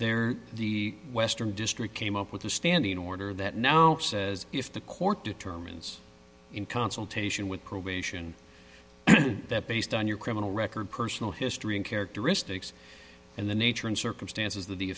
there the western district came up with a standing order that now says if the court determines in consultation with probation that based on your criminal record personal history and characteristics and the nature and circumstances of the